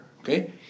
okay